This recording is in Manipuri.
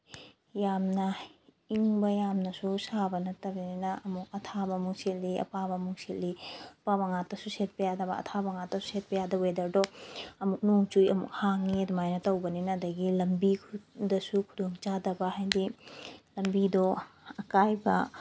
ꯌꯥꯝꯅ ꯏꯪꯕ ꯌꯥꯝꯅꯁꯨ ꯁꯥꯕ ꯅꯠꯇꯕꯅꯤꯅ ꯑꯃꯨꯛ ꯑꯊꯥꯕ ꯑꯃꯨꯛ ꯁꯦꯠꯂꯤ ꯑꯄꯥꯕ ꯑꯃꯨꯛ ꯁꯦꯠꯂꯤ ꯑꯄꯥꯕ ꯉꯥꯛꯇꯁꯨ ꯁꯦꯠꯄ ꯌꯥꯗꯕ ꯑꯊꯥꯕ ꯉꯥꯛꯇꯁꯨ ꯁꯦꯠꯄ ꯌꯥꯗꯕ ꯋꯦꯗꯔꯗꯣ ꯑꯃꯨꯛ ꯅꯣꯡ ꯆꯨꯏ ꯑꯃꯨꯛ ꯍꯥꯡꯉꯤ ꯑꯗꯨꯃꯥꯏꯅ ꯇꯧꯕꯅꯤꯅ ꯑꯗꯒꯤ ꯂꯝꯕꯤꯗꯁꯨ ꯈꯨꯗꯣꯡ ꯆꯥꯗꯕ ꯍꯥꯏꯗꯤ ꯂꯝꯕꯤꯗꯣ ꯑꯀꯥꯏꯕ